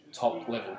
top-level